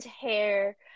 hair